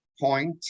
point